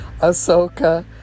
Ahsoka